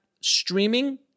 streaming